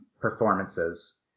performances